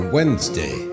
Wednesday